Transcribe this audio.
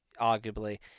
arguably